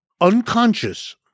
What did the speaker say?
unconscious